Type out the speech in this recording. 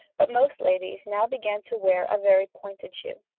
but most ladies now began to wear a very pointed shoe.